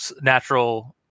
Natural